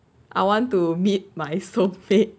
I want to meet my soul mate